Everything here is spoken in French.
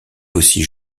aussi